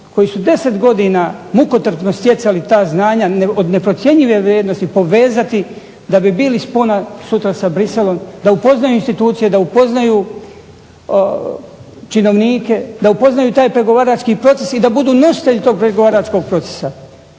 koji su deset godina mukotrpno stjecali ta znanja od neprocjenjive vrijednosti povezati da bi bili spona sutra sa Bruxelom, da upoznaju institucije, da upoznaju činovnike, da upoznaju taj pregovarački proces i da budu nositelji tog pregovaračkog procesa.